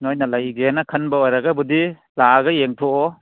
ꯅꯣꯏꯅ ꯂꯩꯒꯦꯅ ꯈꯟꯕ ꯑꯣꯏꯔꯒꯕꯨꯗꯤ ꯂꯥꯛꯑꯒ ꯌꯦꯡꯊꯣꯛꯑꯣ